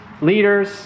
leaders